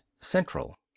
central